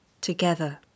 together